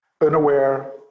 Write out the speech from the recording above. Unaware